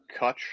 Kutch